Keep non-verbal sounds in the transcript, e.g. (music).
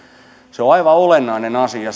se on aivan olennainen asia (unintelligible)